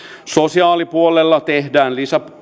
sosiaalipuolella tehdään